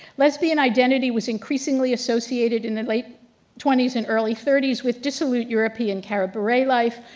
lesbian identity was increasingly associated in the late twenty s and early thirty s with dissolute european cabaret life,